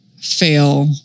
fail